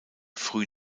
früh